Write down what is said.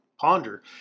ponder